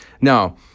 Now